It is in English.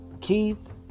Keith